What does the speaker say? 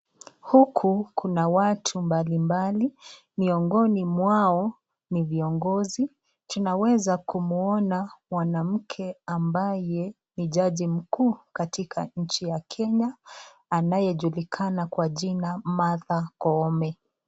Huku kuna watu mbalimbali miongoni mwao ni viongozi. Tunaweza kumuona mwanamke ambaye ni jaji mkuu katika nchi ya Kenya anayejulikana kwa jina Martha Koome.